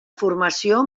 formació